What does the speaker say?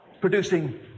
producing